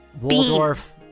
Waldorf